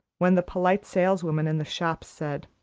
when the polite saleswomen in the shops said,